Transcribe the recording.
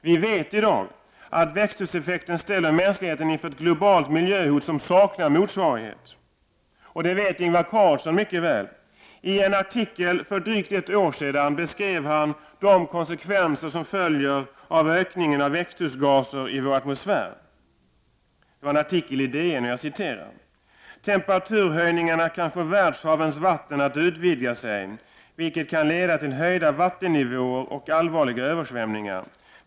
Vi vet i dag att växthuseffekten ställer mänskligheten inför ett globalt miljöhot som saknar motsvarighet. Detta vet Ingvar Carlsson mycket väl. I en artikel i DN för drygt ett år sedan beskrev han de konsekvenser som följer av ökningen av växthusgaser i vår atmosfär: ”Temperaturhöjningarna kan få världshavens vatten att utvidga sig, vilket kan leda till höjda vattennivåer och allvarliga översvämningar.